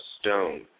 Stone